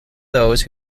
those